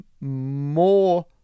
More